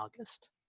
august